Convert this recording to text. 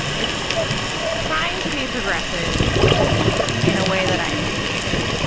it's trying to be progressive in a way that i appreciated.